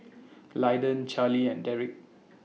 Lyndon Charlie and Derik